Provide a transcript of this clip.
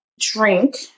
drink